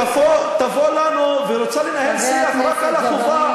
תבוא אלינו, ורוצה לנהל שיח רק על החובה,